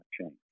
change